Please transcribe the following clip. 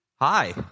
Hi